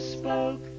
spoke